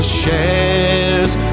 shares